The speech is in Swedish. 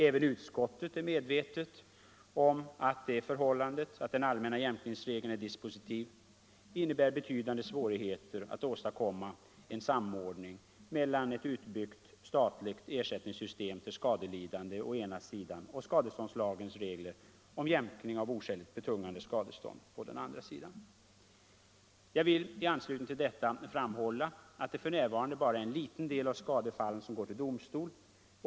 Även utskottet är medvetet om att det förhållandet att den allmänna jämkningsregeln är dispositiv innebär betydande svårigheter att åstadkomma en samordning mellan ett utbyggt statligt system för ersättning till skadelidande å ena sidan och skadeståndslagens regel om jämkning av oskäligt betungande skadestånd å andra sidan. Jag vill i anslutning till detta framhålla att det f. n. bara är en liten del av skadefallen som går till domstol.